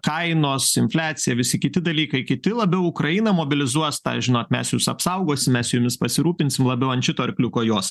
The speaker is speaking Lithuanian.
kainos infliacija visi kiti dalykai kiti labiau ukrainą mobilizuos tą žinot mes jus apsaugosim mes jumis pasirūpinsim labiau ant šito arkliuko jos